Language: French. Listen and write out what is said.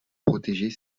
protéger